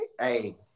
Hey